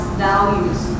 values